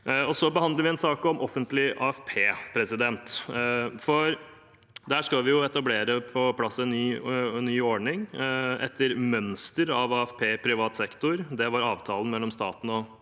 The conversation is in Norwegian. Vi behandler også en sak om offentlig AFP. Der skal vi etablere og få på plass en ny ordning etter mønster av AFP i privat sektor. Det var avtalen mellom staten og